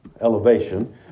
elevation